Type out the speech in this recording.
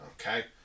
okay